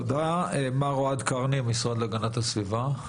תודה, חבר הכנסת אבו-שחאדה, בבקשה.